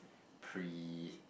pre